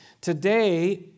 Today